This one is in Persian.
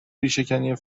ریشهکنی